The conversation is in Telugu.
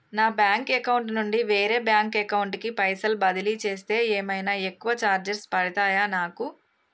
నా బ్యాంక్ అకౌంట్ నుండి వేరే బ్యాంక్ అకౌంట్ కి పైసల్ బదిలీ చేస్తే ఏమైనా ఎక్కువ చార్జెస్ పడ్తయా నాకు?